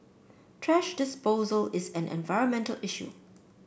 thrash disposal is an environmental issue